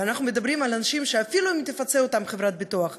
ואנחנו מדברים על אנשים שאפילו אם תפצה אותם חברת ביטוח,